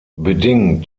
bedingt